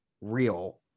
real